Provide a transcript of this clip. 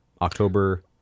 October